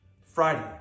Friday